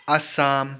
Assam